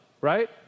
right